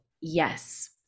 yes